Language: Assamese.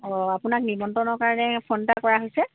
অঁ আপোনাক নিমন্ত্ৰণৰ কাৰণে ফোন এটা কৰা হৈছে